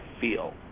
feel